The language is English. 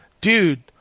Dude